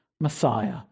Messiah